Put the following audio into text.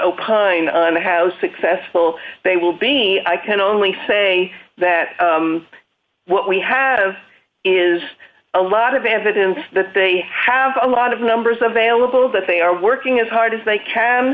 opine on how successful they will be i can only say that what we have is a lot of evidence that they have a lot of numbers available that they are working as hard as they can